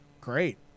Great